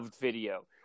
video